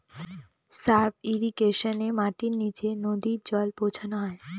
sub ইর্রিগেশনে মাটির নীচে নদী জল পৌঁছানো হয়